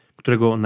którego